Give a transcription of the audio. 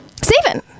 Stephen